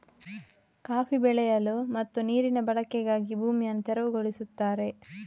coffee ಬೆಳೆಯಲು ಮತ್ತು ನೀರಿನ ಬಳಕೆಗಾಗಿ ಭೂಮಿಯನ್ನು ತೆರವುಗೊಳಿಸುತ್ತಾರೆ